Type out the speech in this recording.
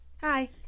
Hi